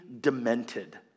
demented